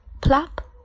plop